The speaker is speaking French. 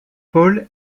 paul